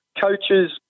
coaches